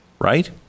Right